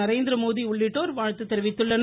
நரேந்திரமோதி உள்ளிட்டோர் வாழ்த்து தெரிவித்துள்ளனர்